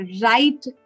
right